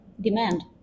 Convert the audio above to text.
Demand